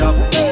up